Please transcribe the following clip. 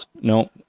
Nope